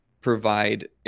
provide